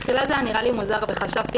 בתחילה זה היה נראה לי מוזר וחשבתי